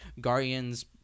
Guardians